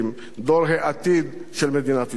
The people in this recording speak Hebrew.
דור העתיד של מדינת ישראל.